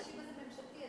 שיבא זה ממשלתי,